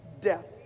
death